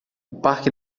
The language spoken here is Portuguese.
parque